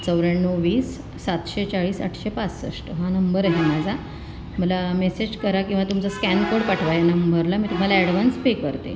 चौऱ्याण्णव वीस सातशे चाळीस आठशे पासष्ट हा नंबर आहे माझा मला मेसेज करा किंवा तुमचा स्कॅन कोड पाठवा या नंबरला मी तुम्हाला अॅडवान्स पे करते